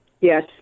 Yes